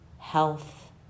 health